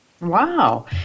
Wow